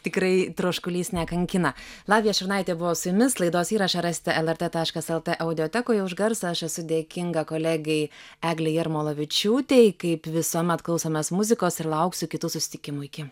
tikrai troškulys nekankina lavija šiurnaitė buvo su jumis laidos įrašą rasite lrt taškas el t audiotekoje už garsą aš esu dėkinga kolegai eglei jarmolavičiūtei kaip visuomet klausomės muzikos ir lauksiu kitų susitikimų iki